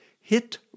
Hit